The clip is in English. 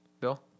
Bill